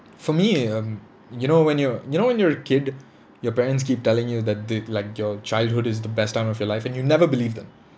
for me um you know when you're you know when you're a kid your parents keep telling you that th~ like your childhood is the best time of your life and you never believe them